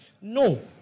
No